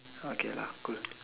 okay lah good